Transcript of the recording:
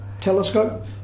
telescope